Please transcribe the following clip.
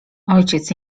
ojciec